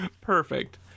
Perfect